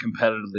competitively